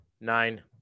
Nine